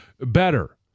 better